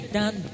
done